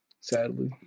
sadly